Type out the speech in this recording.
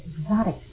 exotic